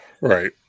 Right